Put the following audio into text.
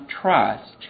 trust